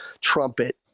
trumpet